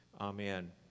Amen